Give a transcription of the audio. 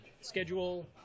schedule